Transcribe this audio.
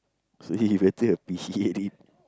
so you better appreciate it